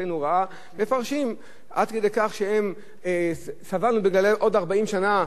מפרשים, עד כדי כך שסבלנו בגללם עוד 40 שנה במדבר?